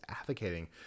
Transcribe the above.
advocating